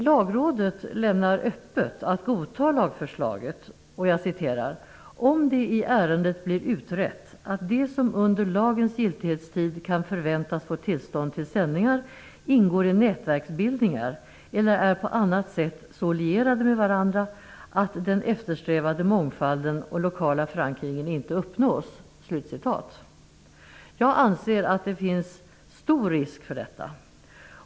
Lagrådet lämnar öppet att godta lagförslaget om "det i ärendet blir utrett att de som under lagens giltighetstid kan förväntas få tillstånd till sändningar ingår i närverksbildningar eller är på annat sätt så lierade med varandra att den eftersträvade mångfalden och lokala förankringen inte uppnås." Jag anser att det finns stor risk för detta.